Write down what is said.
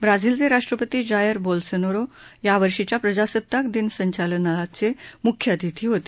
ब्राझिलचे राष्ट्रपती Jair Bolsonaro यावर्षीच्या प्रजासत्ताक दिन संचलनाचे मुख्य अतिथी होते